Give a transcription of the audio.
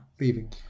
leaving